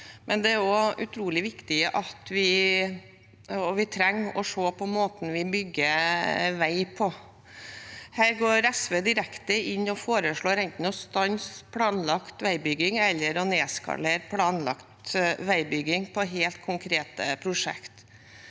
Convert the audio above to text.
men det er også utrolig viktig at vi ser på måten vi bygger vei på. Her går SV direkte inn og foreslår enten å stanse planlagt veibygging eller å nedskalere planlagt veibygging på helt konkrete prosjekter.